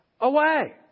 away